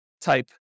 type